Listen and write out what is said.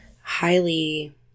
highly